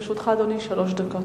לרשותך, אדוני, שלוש דקות.